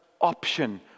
option